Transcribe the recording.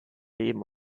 leben